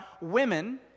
women